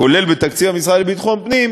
כולל המשרד לביטחון פנים,